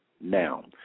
now